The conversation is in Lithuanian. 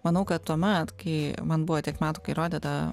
manau kad tuomet kai man buvo tiek metų kai rodė tą